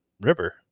river